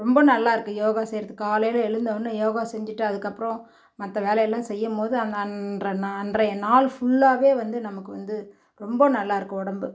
ரொம்ப நல்லாயிருக்கு யோகா செய்வது காலையில் எழுந்த உடனே யோகா செஞ்சுட்டு அதுக்கப்புறோம் மற்ற வேலையெலாம் செய்யும் போது அந்த அன்று நாள் அன்றைய நாள் ஃபுல்லாகவே வந்து நமக்கு வந்து ரொம்ப நல்லாயிருக்கு உடம்பு